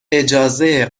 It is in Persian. اجازه